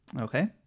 Okay